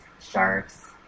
sharks